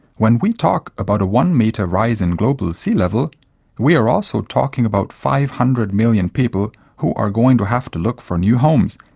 when we talk about a one-metre rise in global sea level we are also talking about five hundred million people who are going to have to look for new homes,